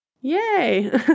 Yay